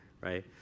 right